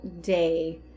day